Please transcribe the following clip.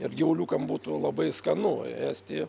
ir gyvuliukam būtų labai skanu ėsti